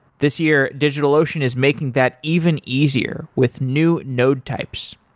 this year, digitalocean is making that even easier with new node types.